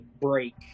break